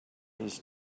his